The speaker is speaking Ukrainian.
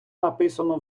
написано